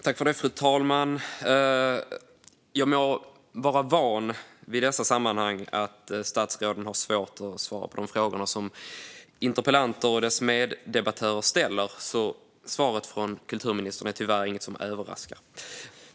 Fru talman! Jag är måhända van vid att statsråd i dessa sammanhang har svårt för att svara på de frågor som interpellanter och deras meddebattörer ställer, så svaret från kulturministern är tyvärr inget som överraskar.